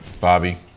Bobby